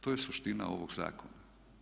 To je suština ovog zakona.